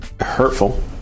hurtful